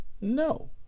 no